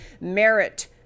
merit